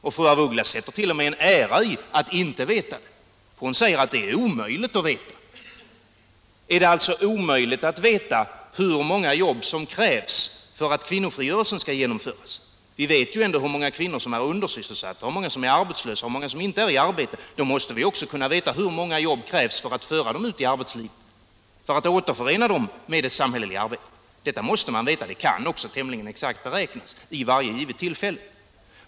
Fru af Ugglas sätter t.o.m. en ära i att inte veta det. Hon säger att det är omöjligt att veta. Är det alltså omöjligt att veta hur många jobb som krävs för att kvinnofrigörelsen skall genomföras? Vi vet ju ändå hur många kvinnor som är undersysselsatta, hur många som är arbetslösa och hur många som inte är 55 i arbete. Då måste vi också kunna veta hur många jobb som krävs för att föra dem ut i arbetslivet, för att återförena dem med det samhälleliga arbetet. Detta måste man veta. Det kan också tämligen exakt beräknas för varje givet tillfälle.